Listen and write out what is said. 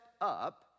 up